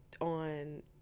on